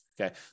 Okay